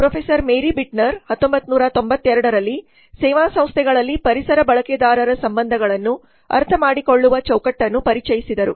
professor Mary Bitner 1992 ರಲ್ಲಿ ಸೇವಾ ಸಂಸ್ಥೆಗಳಲ್ಲಿ ಪರಿಸರ ಬಳಕೆದಾರರ ಸಂಬಂಧಗಳನ್ನು ಅರ್ಥಮಾಡಿಕೊಳ್ಳುವ ಚೌಕಟ್ಟನ್ನು ಪರಿಚಯಿಸಿದರು